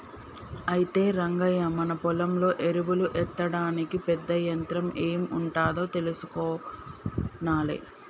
అయితే రంగయ్య మన పొలంలో ఎరువులు ఎత్తడానికి పెద్ద యంత్రం ఎం ఉంటాదో తెలుసుకొనాలే